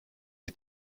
die